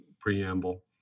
preamble